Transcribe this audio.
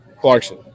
Clarkson